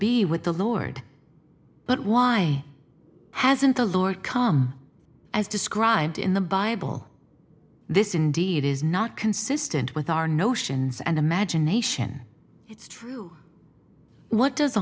be with the lord but why hasn't the lord come as described in the bible this indeed is not consistent with our notions and imagination it's true what does